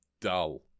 dull